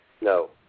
No